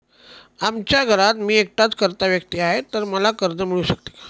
आमच्या घरात मी एकटाच कर्ता व्यक्ती आहे, तर मला कर्ज मिळू शकते का?